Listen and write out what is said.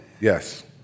Yes